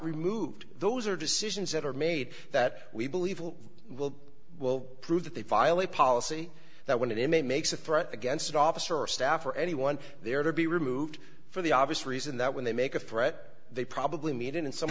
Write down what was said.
removed those are decisions that are made that we believe will will prove that they violate policy that when an inmate makes a threat against an officer or staff or anyone there to be removed for the obvious reason that when they make a threat they probably meet in s